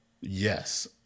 yes